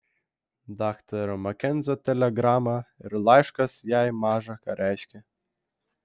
daktaro makenzio telegrama ir laiškas jai maža ką reiškė